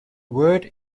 word